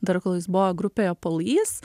dar kol jis buvo grupėje police